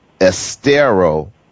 Estero